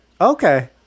Okay